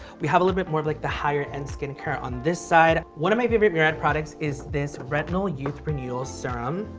we have a little bit more of like the higher end skin care on this side. one of my favorite murad products is this retinol youth renewal serum.